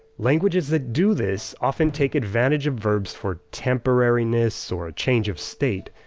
languages that do this often take advantage of verbs for temporariness or a change of state,